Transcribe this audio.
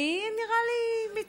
אני, נראה לי שמיצינו.